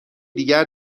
دیگر